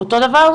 אותו דבר?